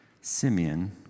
Simeon